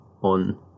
on